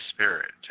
Spirit